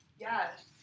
Yes